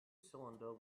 cylinder